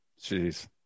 Jeez